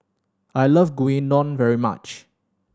I like Gyudon very much